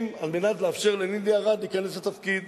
על מנת לאפשר לנילי ארד להיכנס לתפקיד.